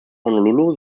honolulu